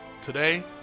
today